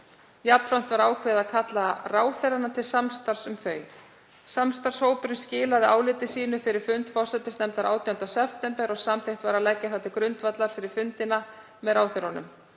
Jafnframt var ákveðið að kalla ráðherrana til samráðs um þau. Starfshópurinn skilaði áliti sínu fyrir fund forsætisnefndar 18. september og samþykkt var að leggja það til grundvallar fyrir fundina með ráðherrunum.